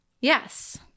Yes